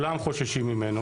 יימנע המצב שכולם חוששים ממנו,